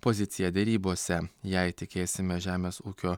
poziciją derybose jei tikėsime žemės ūkio